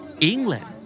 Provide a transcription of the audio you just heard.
England